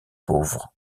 pauvres